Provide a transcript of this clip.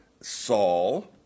Saul